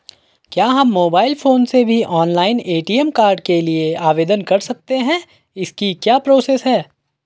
क्या हम mobile phone से भी ऑनलाइन ए.टी.एम कार्ड के लिए आवेदन कर सकते हैं इसकी क्या प्रोसेस है?